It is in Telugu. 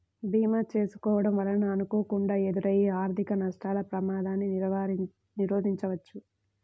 భీమా చేసుకోడం వలన అనుకోకుండా ఎదురయ్యే ఆర్థిక నష్టాల ప్రమాదాన్ని నిరోధించవచ్చు